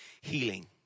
healing